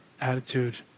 attitude